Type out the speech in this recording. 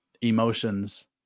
emotions